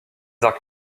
arcs